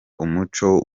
umuco